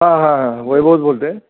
हां हां हां वैभवच बोलतो आहे